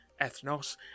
Ethnos